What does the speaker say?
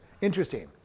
interesting